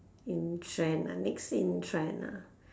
in trend ah next in trend ah